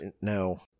no